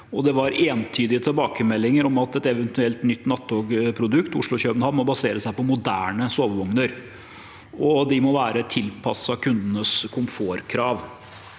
Det var entydige tilbakemeldinger om at et eventuelt nytt nattogprodukt Oslo–København må basere seg på moderne sovevogner, og de må være tilpasset kundenes komfortkrav.